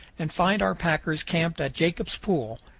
and find our packers camped at jacob's pool,